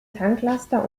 tanklaster